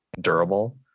durable